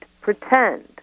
pretend